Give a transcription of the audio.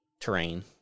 terrain